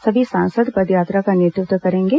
सभी सांसद पदयात्रा का नेतृत्व करेंगे